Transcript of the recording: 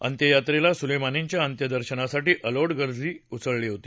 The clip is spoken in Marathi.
अंत्ययात्रेला सुलेमानींच्या अंत्यदर्शनासाठी अलोट गर्दी झाली होती